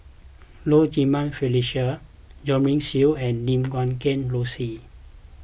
Low Jimenez Felicia Jo Marion Seow and Lim Guat Kheng Rosie